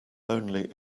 only